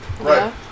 Right